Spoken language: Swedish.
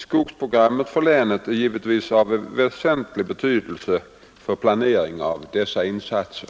Skogsprogrammet för länet är givetvis av väsentlig betydelse för planeringen av dessa insatser.